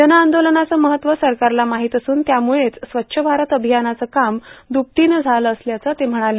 जनआंदोलनाचं महत्व सरकारला माहित असून त्यामुळेच स्वच्छ भारत अभियानाचं काम दुपटीनं झालं असल्याचं ते म्हणाले